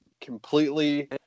completely